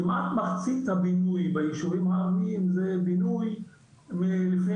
כמעט מחצית הבינוי בישובים הערבים זה בינוי לפני